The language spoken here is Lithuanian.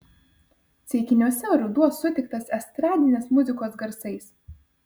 ceikiniuose ruduo sutiktas estradinės muzikos garsais